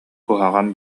куһаҕан